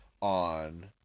on